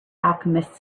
alchemist